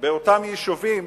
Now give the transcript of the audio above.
באותם יישובים